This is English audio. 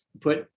put